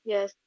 Yes